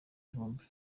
vumbi